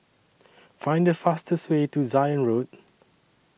Find The fastest Way to Zion Road